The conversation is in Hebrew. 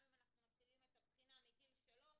גם אם אנחנו מתחילים את הבחינה גיל שלוש,